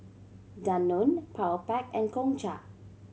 Danone Powerpac and Gongcha